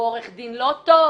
הוא עורך דין לא טוב,